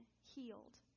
healed